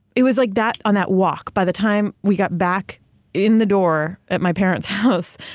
it was like that, on that walk. by the time we got back in the door at my parents' house,